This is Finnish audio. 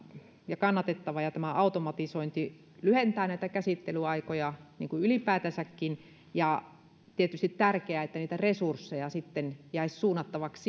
ja kannatettava ja tämä automatisointi lyhentää käsittelyaikoja ylipäätänsäkin tietysti on tärkeää että niitä resursseja sitten jäisi suunnattavaksi